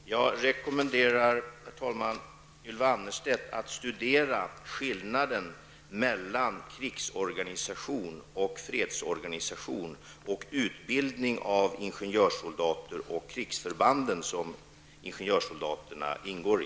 Herr talman! Jag rekommenderar Ylva Annerstedt att studera skillnaden mellan krigsorganisationen och fredsorganisationen samt utbildningen av ingenjörssoldater och de krigsförband som ingenjörssoldaterna ingår i.